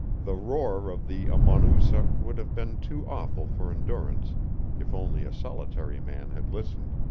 the roar of the amonoosuck would have been too awful for endurance if only a solitary man had listened,